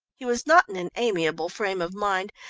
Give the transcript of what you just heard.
he was not in an amiable frame of mind,